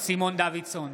סימון דוידסון,